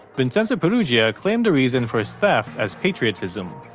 vincenzo peruggia claimed the reason for his theft as patriotism,